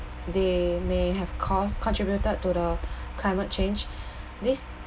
they may have cause~ contributed to the climate change this